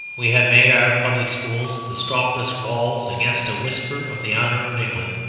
we have made our public schools the strongest walls against a whisper of the honour of england.